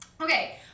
Okay